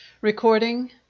Recording